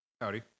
Howdy